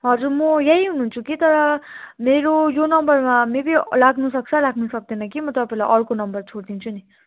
हजुर म यहीँ हुनु हुन्छु कि तर मेरो यो नम्बरमा मे बी लाग्नु सक्छ लाग्नु सक्दैन कि म तपाईँलाई अर्को नम्बर छोडदिन्छु नि